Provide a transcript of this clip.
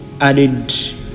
added